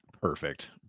Perfect